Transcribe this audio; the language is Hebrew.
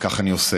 וכך אני עושה.